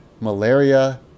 malaria